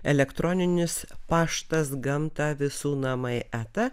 elektroninis paštas gamta visų namai eta